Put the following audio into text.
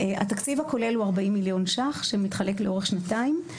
התקציב הכולל הוא 40 מיליון ש"ח שמתחלק לאורך שנתיים.